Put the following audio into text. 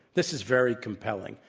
this is very compelling.